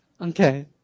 Okay